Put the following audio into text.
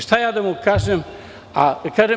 Šta ja da mu kažem na to?